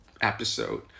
episode